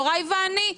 יוראי ואני.